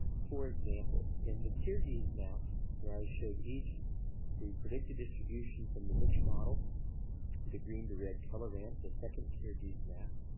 for example, in the kyrgyz maps, where i showed each the predicted distribution from the niche model the green to red color ramp the second kyrgyz map,